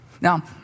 Now